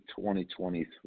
2023